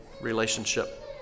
relationship